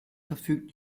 verfügt